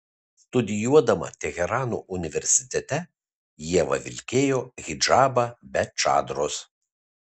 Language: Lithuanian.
studijuodama teherano universitete ieva vilkėjo hidžabą be čadros